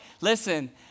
listen